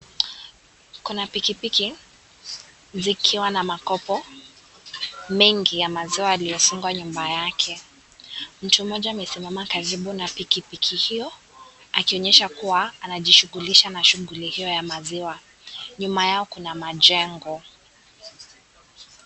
Kuna pikipiki vikiwa na makopo mingi ya maziwa yaliyofungwa nyuma yake, mtu mmoja amesimama karibu na pikipiki hiyo akionyesha kuwa, anajishughulisha na shughuli hiyo ya maziwa, nyuma yao kuna majengo.